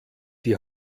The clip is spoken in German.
die